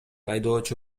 айдоочу